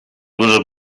górze